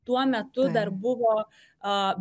tuo metu dar buvo a